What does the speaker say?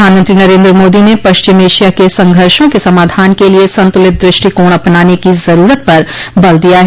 प्रधानमंत्री नरेंद्र मोदी ने पश्चिम एशिया के संघर्षों के समाधान के लिए संतुलित दृष्टिकोण अपनाने की ज़रूरत पर बल दिया है